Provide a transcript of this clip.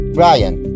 Brian